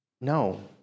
No